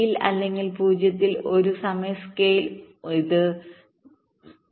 B യിൽ അല്ലെങ്കിൽ 0 ൽ മറ്റൊരു സമയ സ്കെയിൽഇത് 0